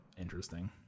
interesting